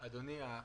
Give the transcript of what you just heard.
אדוני,